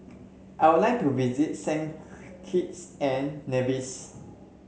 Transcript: I would like to visit Saint Kitts and Nevis